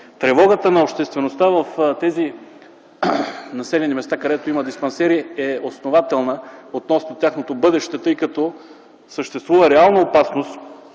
тревогата на обществеността в тези населени места, където има диспансери е основателна относно тяхното бъдеще, тъй като съществува реална опасност